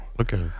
Okay